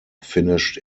finished